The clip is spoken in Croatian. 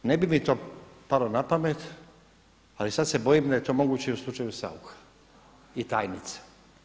Ne bi mi to palo na pamet ali sada se bojim da je to moguće i u slučaju Saucha i tajnice.